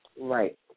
Right